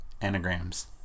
anagrams